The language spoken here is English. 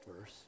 verse